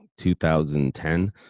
2010